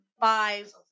five